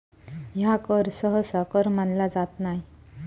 ह्या कर सहसा कर मानला जात नाय